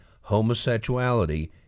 homosexuality